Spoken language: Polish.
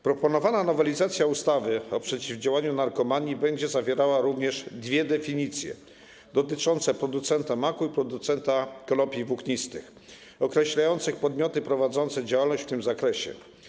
Proponowana nowelizacja ustawy o przeciwdziałaniu narkomanii będzie zawierała również dwie definicje, dotyczące producenta maku i producenta konopi włóknistych, określające podmioty prowadzące działalność w tym zakresie.